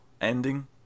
ending